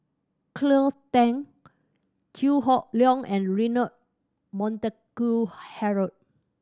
Cleo Thang Chew Hock Leong and Leonard Montague Harrod